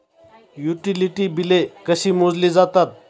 Utility बिले कशी मोजली जातात?